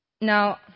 Now